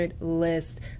list